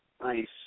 Nice